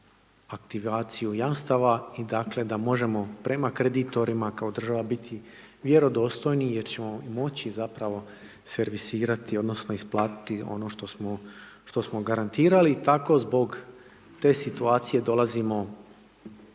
aktivaciju jamstava i da možemo prema kreditorima kao država biti vjerodostojni jer ćemo moći zapravo servisirati odnosno, isplatiti ono što smo garantirali i tako zbog te situacije dolazimo